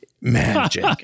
Magic